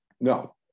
No